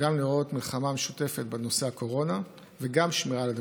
גם לראות מלחמה משותפת בנושא הקורונה וגם שמירה על הדמוקרטיה.